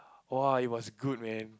!wah! it was good man